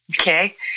Okay